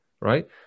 right